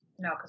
No